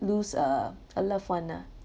lose uh a loved one lah